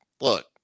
look